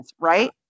Right